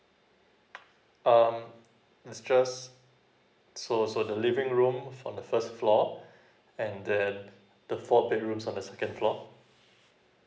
um it's just so so the living room on the first floor and then the four bedrooms on the second floor